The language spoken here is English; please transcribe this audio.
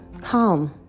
calm